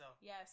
Yes